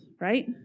Right